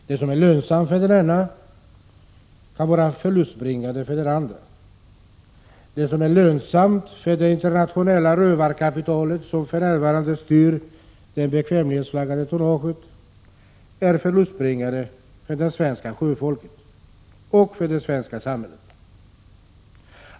Det som är lönsamt för den ene kan vara förlustbringande för den andre. Det som är lönsamt för det internationella rövarkapitalet, som för närvarande styr det bekvämlighetsflaggade tonnaget, är förlustbringande för det svenska sjöfolket och för det svenska samhället.